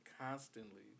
constantly